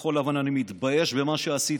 כחול לבן, אני מתבייש במה שעשיתם.